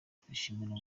twishimira